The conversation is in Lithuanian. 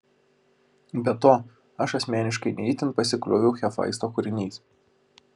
be to aš asmeniškai ne itin pasiklioviau hefaisto kūriniais